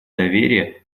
доверия